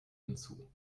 hinzu